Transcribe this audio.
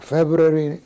February